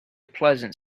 pleasant